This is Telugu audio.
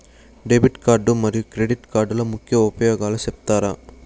డెబిట్ కార్డు మరియు క్రెడిట్ కార్డుల ముఖ్య ఉపయోగాలు సెప్తారా?